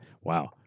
Wow